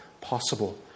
possible